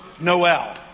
Noel